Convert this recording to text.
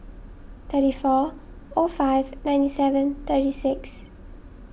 thirty four o five ninety seven thirty six